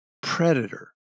predator